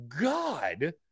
God